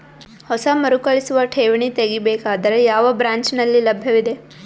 ಹೊಸ ಮರುಕಳಿಸುವ ಠೇವಣಿ ತೇಗಿ ಬೇಕಾದರ ಯಾವ ಬ್ರಾಂಚ್ ನಲ್ಲಿ ಲಭ್ಯವಿದೆ?